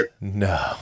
No